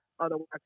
otherwise